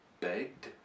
begged